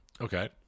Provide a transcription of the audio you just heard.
Okay